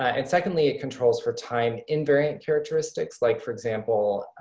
and secondly, it controls for time invariant characteristics. like, for example,